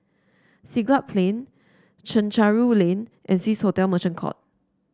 Siglap Plain Chencharu Lane and Swissotel Merchant Court